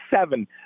seven